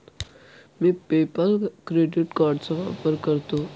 मी PayPal credit कार्डचा वापर करतो